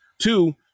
two